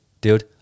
dude